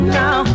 now